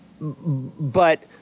but-